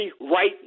right